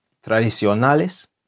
tradicionales